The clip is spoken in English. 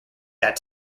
that